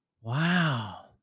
Wow